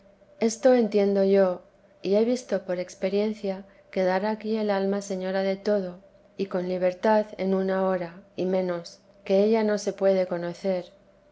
esto entiendo yo y he visto por experiencia quedar aquí el alma señora de todo y con libertad en una hora y menos que ella no se puede conocer